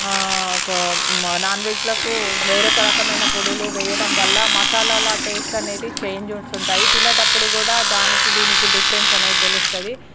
క నాన్వెజ్లకు వేరొక రకమైన పొడులు వేయడం వల్ల మసాలాల టేస్ట్ అనేది చేంజ్ వస్తు ఉంటాయి తినేటప్పుడు గూడా దానికి దీనికి డిఫరెన్స్ అనేది తెలుస్తుంది